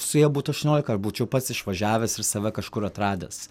suėję būtų aštuoniolika aš būčiau pats išvažiavęs ir save kažkur atradęs